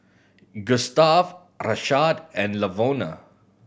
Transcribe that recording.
Gustave Rashaad and Lavona